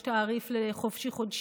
יש תעריף חופשי-חודשי,